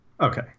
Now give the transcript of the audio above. Okay